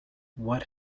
what